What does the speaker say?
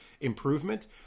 improvement